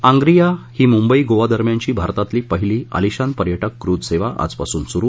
आंप्रिया हि मुंबई गोवा दरम्यानची भारतातली पहिली आलिशान पर्यटक क्रुझ सेवा आज पासून सुरु